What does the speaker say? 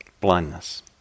Blindness